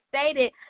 stated